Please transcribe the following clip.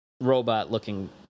robot-looking